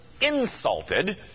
insulted